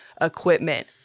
equipment